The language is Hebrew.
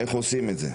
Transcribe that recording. איך עושים את זה?